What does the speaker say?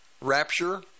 rapture